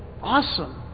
awesome